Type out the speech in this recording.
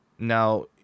Now